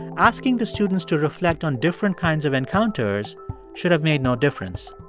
asking the students to reflect on different kinds of encounters should have made no difference.